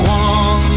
one